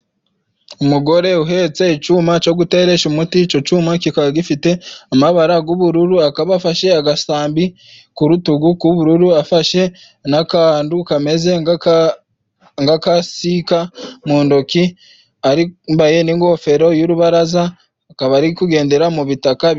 Umugore uhetse icuma co guteresha umuti ico cuma kikaba gifite amabara g'ubururu agaba afashe agasambi ku rutugu g'ubururu afashe n'akandu kameze nk'akasika mu ndoki yambaye n'ingofero y'urubaraza akaba ari kugendera mubitaka bi.